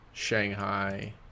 Shanghai